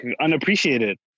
unappreciated